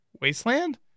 wasteland